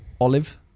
Olive